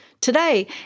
Today